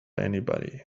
anybody